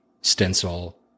stencil